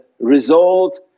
result